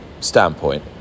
Standpoint